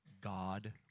God